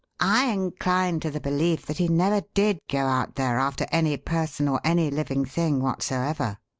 i incline to the belief that he never did go out there after any person or any living thing whatsoever.